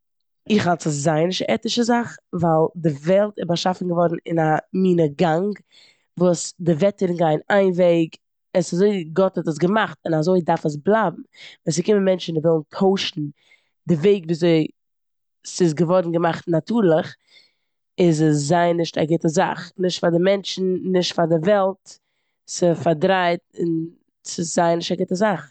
איך האלט ס'איז זייער נישט א עטישע זאך ווייל די וועלט איז באשאפן געווארן אין א מינע גאנג וואס די וועטערן גייען איין וועג. עס איז אזויווי גאט האט עס געמאכט און אזוי דארף עס בלייבן. ווען ס'קומען מענטשן און ווילן טוישן די וועג וויאזוי ס'איז געווארן געמאכט נאטורליך איז עס זייער נישט א גוטע זאך. נישט פאר די מענטשן, נישט פאר די וועלט, ס'פארדרייט און ס'זייער נישט א גוטע זאך.